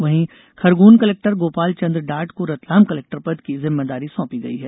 वहीं खरगोन कलेक्टर गोपाल चंद्र डार्ड को रतलाम कर्लेक्टर पद की जिम्मेदारी सौंपी गई है